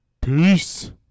Peace